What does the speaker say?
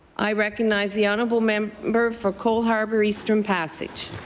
i recognize the honourable member member for cole harbour eastern passage.